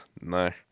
no